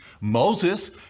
Moses